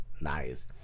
nice